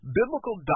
biblical